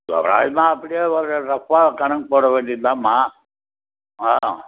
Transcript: தோராயமாக அப்படியே ஒரு ரஃப்பாக ஒரு கணக்கு போட வேண்டியதான்மா ஆ